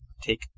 take